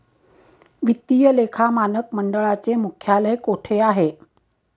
वित्तीय लेखा मानक मंडळाचे मुख्यालय कोठे आहे?